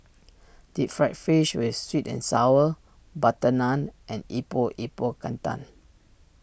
Deep Fried Fish with Sweet and Sour Sauce Butter Naan and Epok Epok Kentang